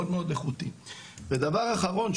ודבר אחרון,